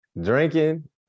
Drinking